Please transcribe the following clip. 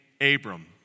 Abram